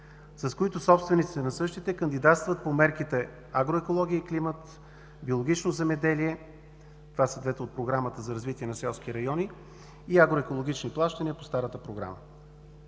с които собствениците на същите кандидатстват по мерките „Агроекология и климат“, „Биологично земеделие“ – двете от Програмата за развитие на селските райони, и „Агроекологични плащания“ по старата програма.